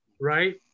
Right